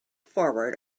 forward